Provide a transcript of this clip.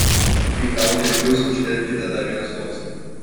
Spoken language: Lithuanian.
kai kaukė apdžius užtepkite dar vieną sluoksnį